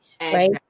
right